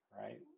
right